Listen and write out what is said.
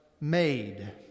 made